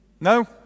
No